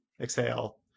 Exhale